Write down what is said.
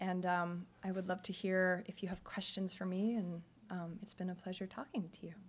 and i would love to hear if you have questions for me and it's been a pleasure talking to you